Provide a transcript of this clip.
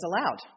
allowed